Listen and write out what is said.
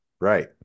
right